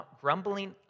grumbling